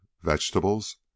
Vegetables